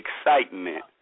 excitement